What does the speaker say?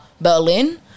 Berlin